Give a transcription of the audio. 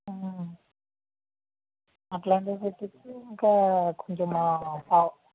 అట్లాంటివి పెట్టిస్తే ఇంకా కొంచెం